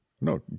No